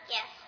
Yes